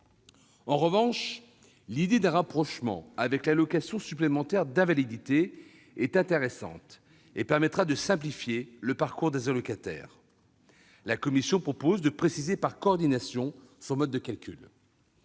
En revanche, l'idée d'un rapprochement avec l'allocation supplémentaire d'invalidité est intéressante et permettra de simplifier le parcours des allocataires. La commission propose de préciser par coordination son mode de calcul.